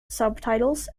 subtitles